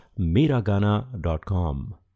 Miragana.com